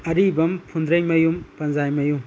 ꯑꯔꯤꯕꯝ ꯐꯨꯟꯗ꯭ꯔꯩꯃꯌꯨꯝ ꯄꯟꯖꯥꯏꯃꯌꯨꯝ